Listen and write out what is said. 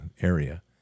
area